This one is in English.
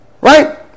Right